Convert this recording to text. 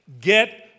Get